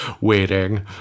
waiting